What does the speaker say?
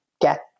get